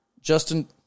Justin